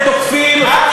גברתי היושבת-ראש,